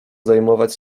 zajmować